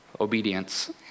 Obedience